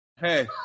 Hey